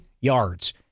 yards